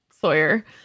Sawyer